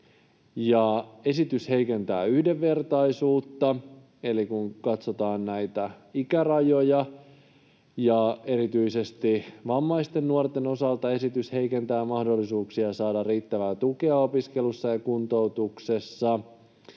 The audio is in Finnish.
Esitys heikentää yhdenvertaisuutta, kun katsotaan näitä ikärajoja, ja erityisesti vammaisten nuorten osalta esitys heikentää mahdollisuuksia saada riittävää tukea opiskelussa ja kuntoutuksessa.